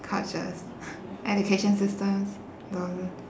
cultures education systems